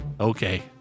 Okay